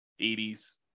80s